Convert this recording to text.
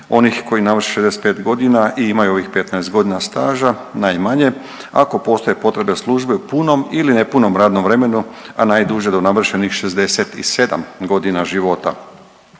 onih koji navrše 65 godina i imaju ovih 15 godina staža najmanje ako postoje potrebe službe u punom ili nepunom radnom vremenu, a najduže do navršenih 67 godina života.